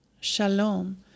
Shalom